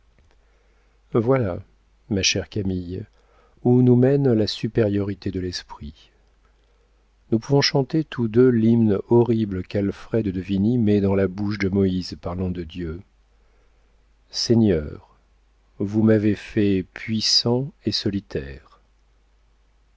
voilà ma chère camille où nous mène la supériorité de l'esprit nous pouvons chanter tous deux l'hymne horrible qu'alfred de vigny met dans la bouche de moïse parlant à dieu seigneur vous m'avez fait puissant et solitaire